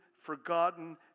forgotten